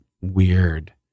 weird